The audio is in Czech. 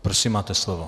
Prosím, máte slovo.